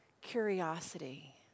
curiosity